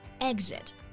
exit